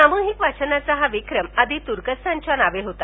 सामुहिक वाचनाचा हा विक्रम आधी तुर्कस्तानच्या नावे होता